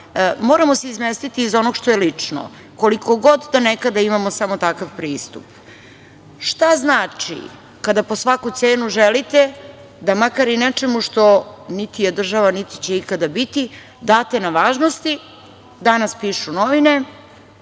moramo se izmestiti iz onog što je lično, koliko god da nekada imamo samo takav pristup. Šta znači kada po svaku cenu želite da makar i nečemu što niti je država niti će ikada biti date na važnosti, danas pišu novine,